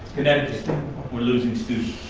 connecticut we're losing students.